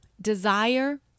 desire